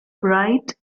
bright